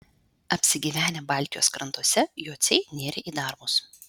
apsigyvenę baltijos krantuose jociai nėrė į darbus